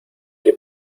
que